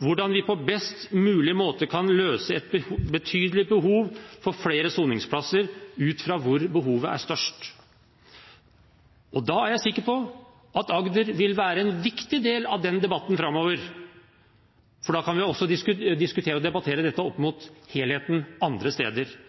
hvordan vi på best mulig måte kan løse et betydelig behov for flere soningsplasser, ut fra hvor behovet er størst. Jeg er sikker på at Agder vil være en viktig del av den debatten framover, for da kan vi også diskutere og debattere dette opp mot helheten andre steder.